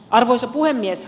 arvoisa puhemies